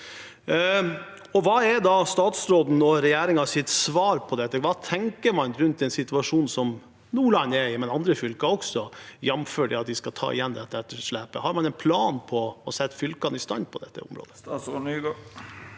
Hva er da statsrådens og regjeringens svar på det? Hva tenker man rundt en situasjon som den Nordland, men også andre fylker, er i, jf. at de skal ta igjen dette etterslepet? Har man en plan for å sette fylkene i stand på dette området?